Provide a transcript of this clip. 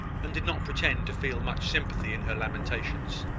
and did not pretend to feel much sympathy in her lamentations.